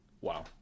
Wow